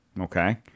Okay